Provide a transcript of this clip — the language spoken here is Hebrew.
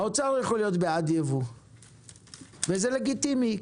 האוצר יכול להיות בעד ייבוא וזה לגיטימי,